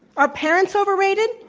are parents overrated?